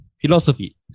Philosophy